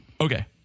Okay